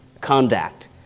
conduct